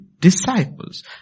disciples